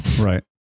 Right